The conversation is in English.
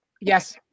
Yes